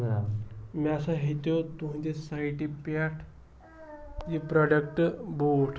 مےٚ ہسا ہیٚتیٛو تُہنٛدِ سایٹہِ پٮ۪ٹھ یہِ پرٛوڈکٹہٕ بوٗٹھ